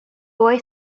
boy